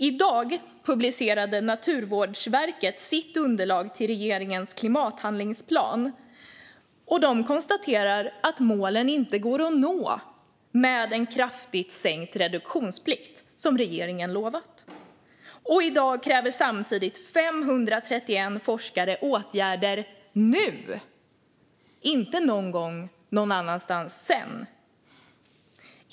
I dag publicerade Naturvårdsverket sitt underlag till regeringens klimathandlingsplan, och de konstaterar att målen inte går att nå med en kraftigt sänkt reduktionsplikt, som regeringen lovat. Samtidigt kräver 531 forskare åtgärder nu , inte någon gång sedan, någon annanstans.